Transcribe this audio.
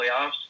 playoffs